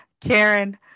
Karen